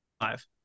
five